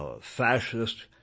fascist